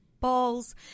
balls